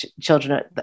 children